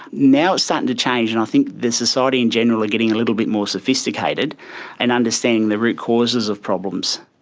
now it's starting to change, and i think the society in general are getting a little bit more sophisticated and understanding the root causes of problems.